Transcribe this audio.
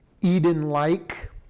Eden-like